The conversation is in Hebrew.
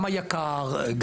גם היק"ר,